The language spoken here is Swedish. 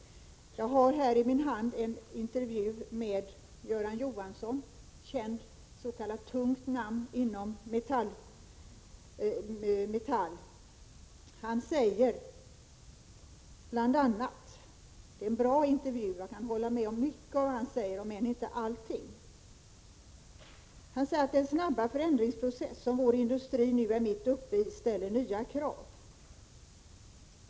Jag har i min hand en intervju med Göran Johansson, s.k. tungt namn inom Metall. Det är en bra intervju, och jag kan hålla med om mycket av det han säger — om än inte allt. Han säger bl.a. att den snabba förändringsprocess som vår industri nu är mitt uppe i ställer nya krav.